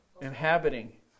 inhabiting